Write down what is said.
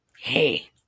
hey